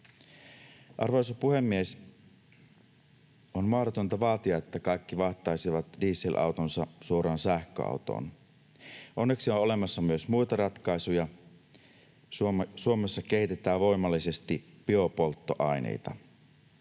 Arvoisa puhemies! On mahdotonta vaatia, että kaikki vaihtaisivat dieselautonsa suoraan sähköautoon. Onneksi on olemassa myös muita ratkaisuja. Suomessa kehitetään voimallisesti biopolttoaineita,